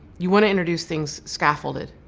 you want to introduce things scaffolded.